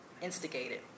instigated